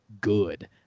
good